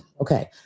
okay